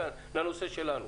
כאן לנושא שלנו.